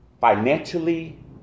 financially